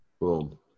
Boom